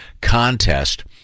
contest